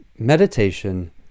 meditation